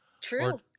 true